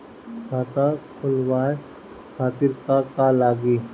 खाता खोलवाए खातिर का का लागी?